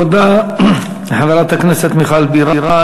תודה לחברת הכנסת מיכל בירן.